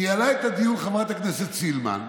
ניהלה את הדיון חברת הכנסת סילמן.